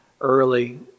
early